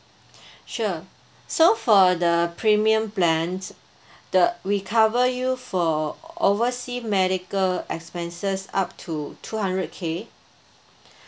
sure so for the premium plan the we cover you for oversea medical expenses up to two hundred K